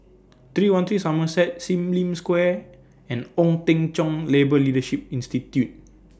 three one three Somerset SIM Lim Square and Ong Teng Cheong Labour Leadership Institute